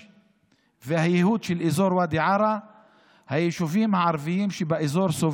בדיונים שנערכו אז בוועדה התעוררה השאלה אם נכון